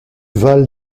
val